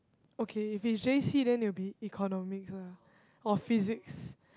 okay if it's J_C then it will be Economics lah or Physics